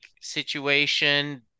situation